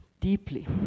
deeply